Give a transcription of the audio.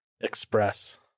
express